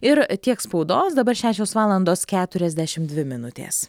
ir tiek spaudos dabar šešios valandos keturiasdešimt dvi minutės